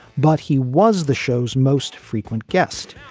but he was the show's most frequent guest.